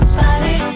body